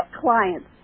clients